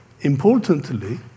importantly